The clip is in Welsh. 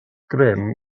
grym